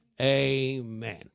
amen